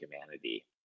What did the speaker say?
humanity